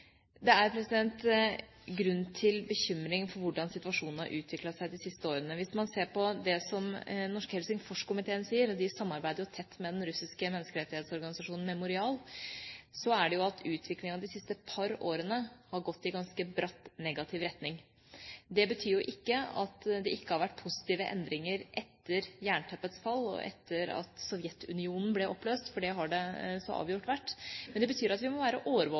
Det er grunn til bekymring for hvordan situasjonen har utviklet seg de siste årene. Hvis man ser på det som Den norske Helsingsforskomité sier – og de samarbeider jo tett med den russiske menneskerettighetsorganisasjonen Memorial – så har utviklingen de siste par årene gått i ganske bratt negativ retning. Det betyr ikke at det ikke har vært positive endringer etter jernteppets fall og etter at Sovjetunionen ble oppløst, for det har det så avgjort vært. Men det betyr at vi må være